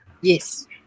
Yes